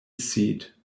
seat